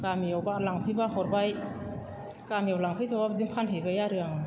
गामियावबा लांफैब्ला हरबाय गामियाव लांफैजोबाब्ला बिदिनो फानहैबाय आरो आं